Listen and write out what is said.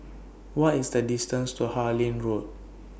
What IS The distance to Harlyn Road